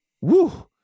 Woo